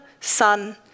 Son